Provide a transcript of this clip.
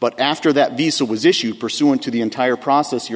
but after that diesel was issued pursuant to the entire process your